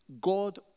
God